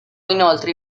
inoltre